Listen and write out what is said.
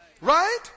right